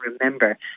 remember